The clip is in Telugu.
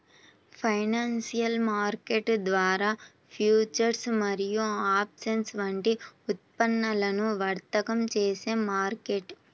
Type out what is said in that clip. ఫైనాన్షియల్ మార్కెట్ ద్వారా ఫ్యూచర్స్ మరియు ఆప్షన్స్ వంటి ఉత్పన్నాలను వర్తకం చేసే మార్కెట్